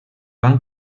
van